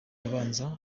abanza